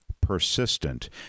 persistent